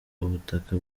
ubutaka